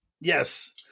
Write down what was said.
Yes